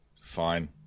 fine